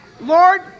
Lord